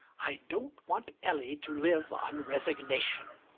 i don't want ellie to live on resignation.